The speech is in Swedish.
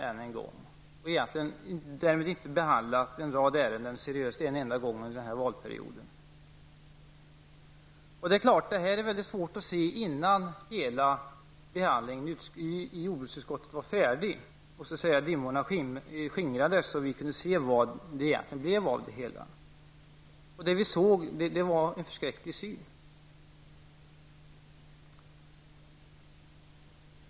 Därmed har egentligen en rad ärenden inte behandlats seriöst en enda gång under denna valperiod. Detta var mycket svårt att se innan hela behandlingen i jordbruksutskottet var färdig och dimmorna så att säga skingrades så att vi kunde se vad det egentligen blev av det hela. Det vi såg var en förskräcklig syn.